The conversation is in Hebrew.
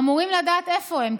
אמורים לדעת איפה הם,